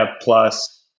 plus